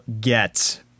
get